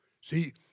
See